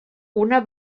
una